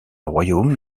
royaume